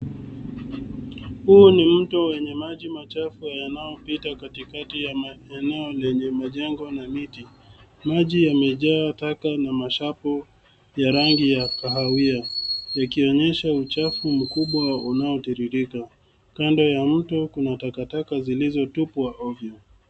Huu ni mto wenye maji machafu yanaopita katikati ya eneo lenye majengo na miti. Maji yamejaa taka na mashapo ya rangi ya kahawia, yakionyesha uchafu mkubwa unaotiririka. Kando ya mto kuna takataka zilizotupwa ovyo.